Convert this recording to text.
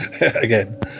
again